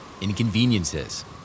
inconveniences